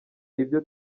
ibyo